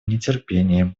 нетерпением